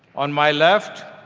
on my left,